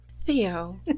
Theo